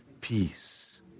peace